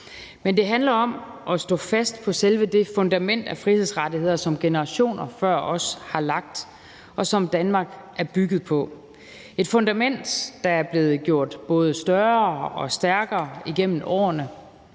om. Det handler om at stå fast på selve det fundament af frihedsrettigheder, som generationer før os har lagt, og som Danmark er bygget på. Det handler om et fundament, der er blevet gjort både større og stærkere igennem årene